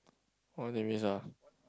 why they miss ah